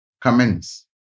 comments